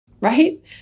Right